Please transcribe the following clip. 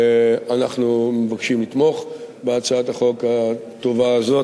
אנחנו מבקשים לתמוך בהצעת החוק הטובה הזאת.